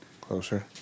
Closer